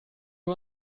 wir